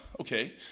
okay